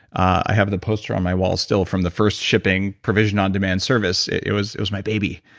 i have the poster on my wall, still, from the first shipping provisions on demand service. it was it was my baby.